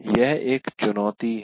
यह एक चुनौती है